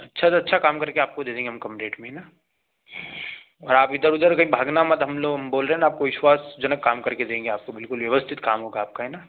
अच्छा से अच्छा काम करके आपको दे देंगे हम कम रेट में है ना और आप इधर उधर कहीं भागना मत हम हम बोल रहे हैं ना आपको विश्वासजनक काम करके देंगे आपको बिल्कुल व्यवस्थित काम होगा आपका है ना